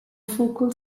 focal